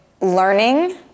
learning